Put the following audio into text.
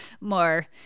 more